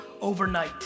overnight